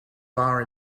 bar